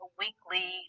weekly